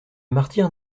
martyre